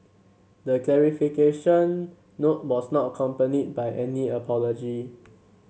the clarification note was not accompanied by any apology